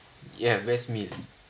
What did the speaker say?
ya best meal